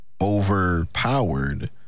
overpowered